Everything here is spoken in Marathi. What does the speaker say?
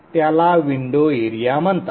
त्याला विंडो एरिया म्हणतात